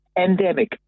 Endemic